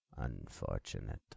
unfortunate